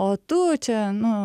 o tu čia nu